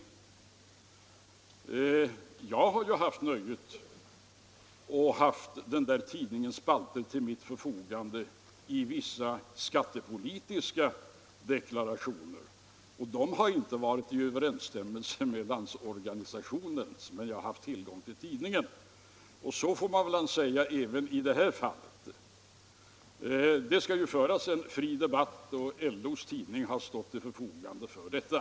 Jag har själv haft nöjet att ha den tidningens spalter till mitt förfogande för vissa skattepolitiska deklarationer, och de har inte stått i överensstämmelse med Landsorganisationens uppfattning. Men jag har som sagt haft tillgång till tidningens utrymme. Och så får man väl säga även i det här fallet. Det skall ju föras en fri debatt, och LO:s tidning har stått till förfogande för detta.